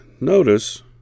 notice